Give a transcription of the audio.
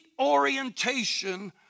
orientation